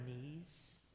knees